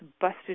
busted